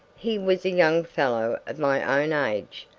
he was a young fellow of my own age.